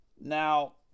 Now